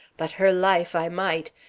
but her life i might.